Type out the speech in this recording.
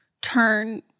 turn